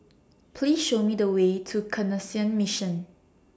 Please Show Me The Way to Canossian Mission